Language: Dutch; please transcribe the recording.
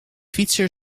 fietser